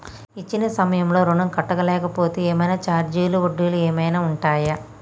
ఇచ్చిన సమయంలో ఋణం కట్టలేకపోతే ఏమైనా ఛార్జీలు వడ్డీలు ఏమైనా ఉంటయా?